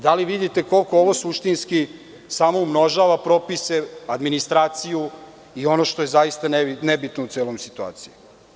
Da li vidite koliko ovo suštinski samo umnožava propise, administraciju i ono što je zaista nebitno u celoj situaciji?